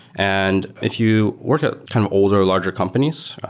and if you work at kind of older larger companies,